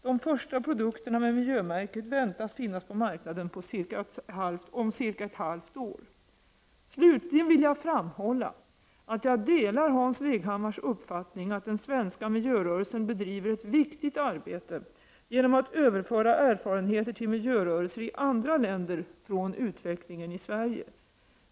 De första produkterna med miljömärket väntas finnas på marknaden om cirka ett halvt år. Slutligen vill jag framhålla att jag delar Hans Leghammars uppfattning att den svenska miljörörelsen bedriver ett viktigt arbete genom att överföra erfarenheter till miljörörelser i andra länder från utvecklingen i Sverige.